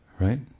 right